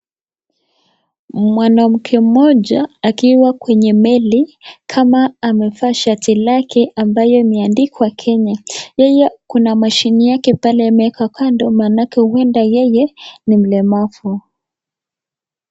Mwanamke moja akiwa kwenye meli kama amevaa shati lake ambayo imeandikwa Kenya. Yeye kuna machine yake pale ameweka kando maanake yeye ni mlemavu.